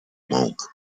monk